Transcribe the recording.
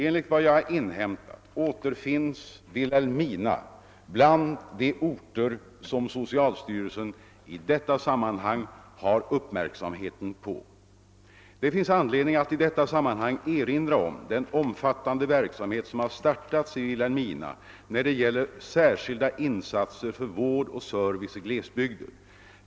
Enligt vad jag inhämtat återfinns Vilhelmina bland de orter som socialstyrelsen i detta sammanhang har uppmärksamheten på. Det finns anledning att i detta sammanhang erinra om den omfattande verksamhet som har startats i Vilhelmina när det gäller särskilda insatser för vård och service i glesbygder.